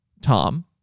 Tom